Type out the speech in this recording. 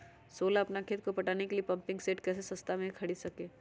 सोलह अपना खेत को पटाने के लिए पम्पिंग सेट कैसे सस्ता मे खरीद सके?